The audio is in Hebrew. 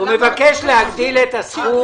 הוא מבקש להגדיל את הסכום.